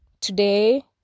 today